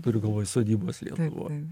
turiu galvoj sodybos lietuvoj